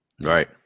Right